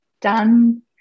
done